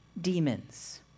demons